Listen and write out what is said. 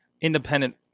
independent